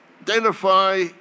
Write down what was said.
identify